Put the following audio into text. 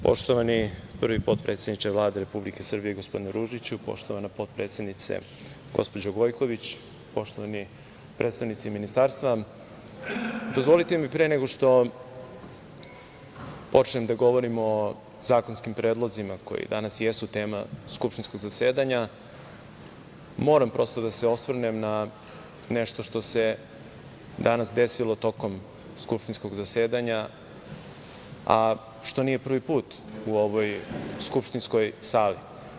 Poštovani prvi potpredsedniče Vlade Republike Srbije, gospodine Ružiću, poštovana potpredsednice, gospođo Gojković, poštovani predstavnici Ministarstva, dozvolite mi, pre nego što počnem da govorim o zakonskim predlozima koji danas jesu tema skupštinskog zasedanja, moram prosto da se osvrnem na nešto što se danas desilo tokom skupštinskog zasedanja, a što nije prvi put u ovoj skupštinskoj sali.